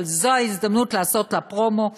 אבל זו ההזדמנות לעשות לה פרומו,